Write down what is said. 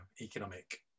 economic